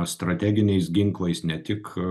strateginiais ginklais ne tik